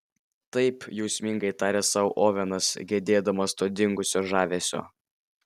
taip jausmingai tarė sau ovenas gedėdamas to dingusio žavesio